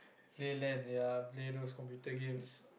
play land ya play those computer games